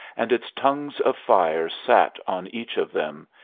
and its tongues of fire sat on each of them,